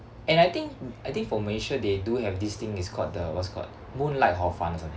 and I think I think for malaysia they do have this thing is called the what's it called moonlight hor fun or something